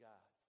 God